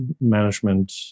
management